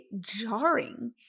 jarring